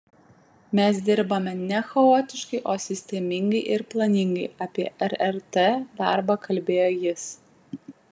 mes dirbame ne chaotiškai o sistemingai ir planingai apie rrt darbą kalbėjo jis